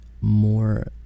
more